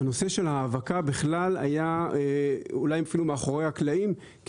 הנושא של האבקה בכלל היה אולי אפילו מאחורי הקלעים.